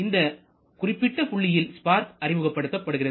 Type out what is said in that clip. இந்த குறிப்பிட்ட புள்ளியில் ஸ்பார்க் அறிமுகப்படுத்தப்படுகிறது